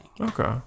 Okay